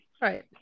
Right